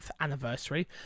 anniversary